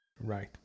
Right